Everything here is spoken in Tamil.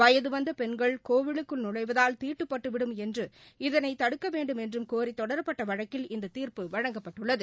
வயது வந்த பெண்கள் கோவிலுக்குள் நுழைவதால் தீட்டுபட்டுவிடும் என்றும் இதனை தடுக்க வேண்டுமென்றம் கோரி தொடரப்பட்ட வழக்கில் இந்த தீர்ப்பு வழங்கப்பட்டுள்ளது